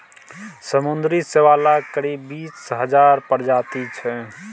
समुद्री शैवालक करीब बीस हजार प्रजाति छै